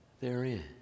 therein